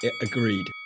agreed